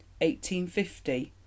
1850